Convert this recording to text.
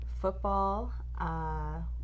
football